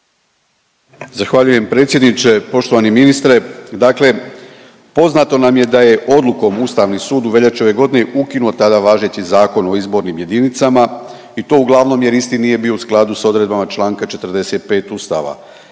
Zahvaljujem predsjedniče. Poštovani ministre, dakle poznato nam je da je odlukom ustavni sud u veljači ove godine ukinuo tada važeći Zakon o izbornim jedinicama i to uglavnom jer isti nije bio u skladu s odredbama čl. 45. ustava.